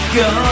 go